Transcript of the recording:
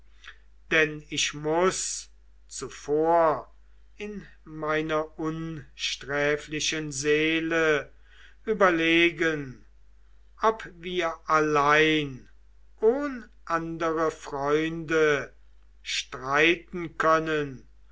denn ich muß zuvor in meiner unsträflichen seele überlegen ob wir allein ohn andere freunde streiten können